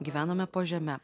gyvenome po žeme